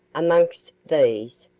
amongst these,